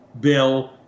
bill